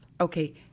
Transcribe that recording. Okay